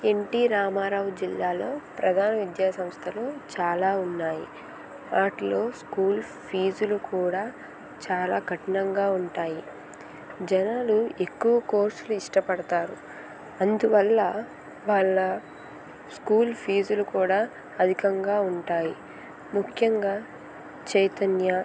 NT Rama Rao జిల్లాలో ప్రధాన విద్యాసంస్థలు చాలా ఉన్నాయి వాటిలో స్కూల్ ఫీజులు కూడా చాలా కఠినంగా ఉంటాయి జనాలు ఎక్కువ కోర్సులు ఇష్టపడతారు అందువల్ల వాళ్ళ స్కూల్ ఫీజులు కూడా అధికంగా ఉంటాయి ముఖ్యంగా చైతన్య